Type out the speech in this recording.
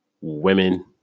women